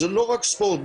וזה לא רק ספורט,